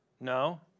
No